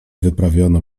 wyprawiono